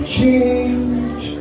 change